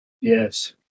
Yes